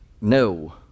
No